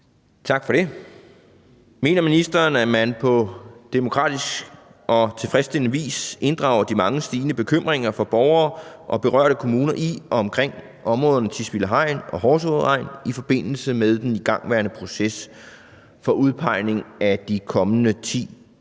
Tak for det. Mener ministeren, at man på demokratisk og tilfredsstillende vis inddrager de mange stigende bekymringer fra borgerne og berørte kommuner i og omkring områderne Tisvilde Hegn og Horserød Hegn i forbindelse med den igangværende proces for udpegning af de kommende ti